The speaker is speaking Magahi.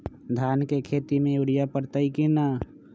धान के खेती में यूरिया परतइ कि न?